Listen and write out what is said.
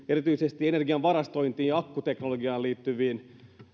erityisesti energian varastointiin ja akkuteknologiaan liittyvään